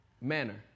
manner